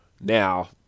Now